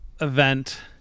event